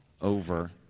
over